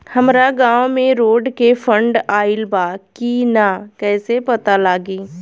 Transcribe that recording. हमरा गांव मे रोड के फन्ड आइल बा कि ना कैसे पता लागि?